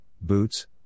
boots